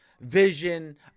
vision